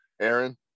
Aaron